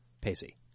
Pacey